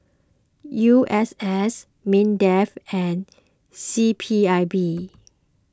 U S S Mindef and C P I B